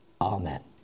Amen